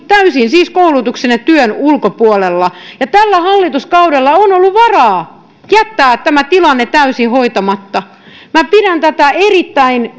täysin koulutuksen ja työn ulkopuolella ja tällä hallituskaudella on ollut varaa jättää tämä tilanne täysin hoitamatta minä pidän tätä erittäin